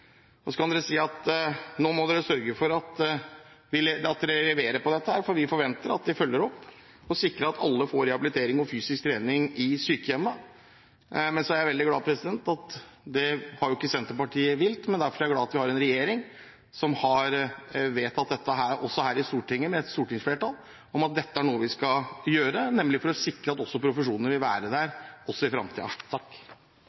kan de bare gå ut til sine egne ordførere og si at nå må dere sørge for at dere leverer på dette, for vi forventer at de følger opp og sikrer at alle får rehabilitering og fysisk trening i sykehjemmet. Jeg er veldig glad for at Senterpartiet ikke har villet det, og jeg er glad for at vi har en regjering og et stortingsflertall som har vedtatt her at dette er noe vi skal gjøre, nemlig for å sikre at profesjoner vil være der